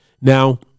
Now